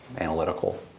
analytical.